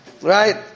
Right